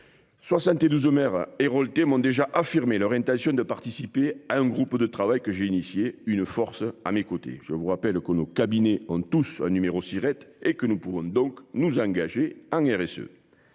72. Héraultais m'ont déjà affirmé leur intention de participer à un groupe de travail que j'ai initié une force à mes côtés, je vous rappelle que nos cabinets on tous un numéro Siret et que nous pouvons donc nous engager. Ce.